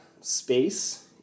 space